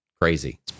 Crazy